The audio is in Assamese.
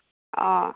অঁ